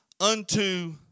unto